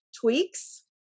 tweaks